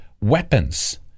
weapons